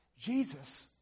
Jesus